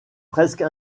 presque